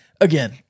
again